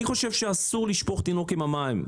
אני חושב שאסור לשפוך את התינוק עם המים.